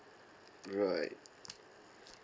right